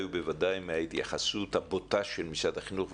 ובוודאי מההתייחסות הבוטה של משרד החינוך,